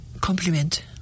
Compliment